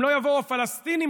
אם לא יבואו הפלסטינים,